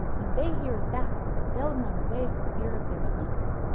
when they hear that, they'll run away for fear of their secret.